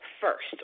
first